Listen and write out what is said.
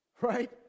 Right